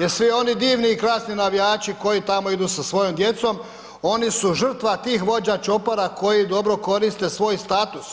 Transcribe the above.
Jer svi oni divni i krasni navijači koji tamo idu sa svojom djecom oni su žrtva tih vođa čopora koji dobro koriste svoj status